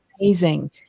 Amazing